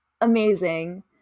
amazing